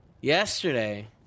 Yesterday